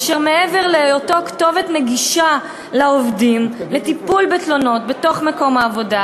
אשר מעבר להיותו כתובת נגישה לעובדים לטיפול בתלונות בתוך מקום העבודה